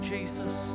Jesus